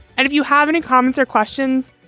and if you have any comments or questions,